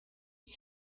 ich